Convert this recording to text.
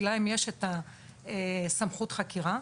כי להם יש סמכות חקירה.